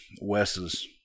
Wes's